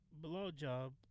blowjob